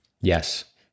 Yes